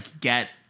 get